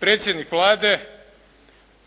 predsjednik Vlade